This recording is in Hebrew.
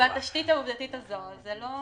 בתשתית העובדתית הזאת זה לא שכנע.